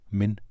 men